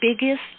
biggest